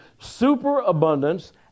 superabundance